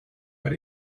but